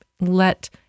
let